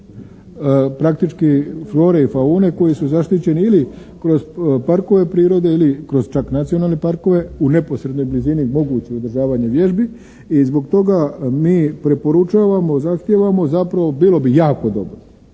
praktički flore i faune koji su zaštićeni ili kroz parkove prirode ili kroz nacionalne parkove u neposrednoj blizini mogućih održavanja vježbi. I zbog toga mi preporučavamo, zahtijevamo zapravo bilo bi jako dobro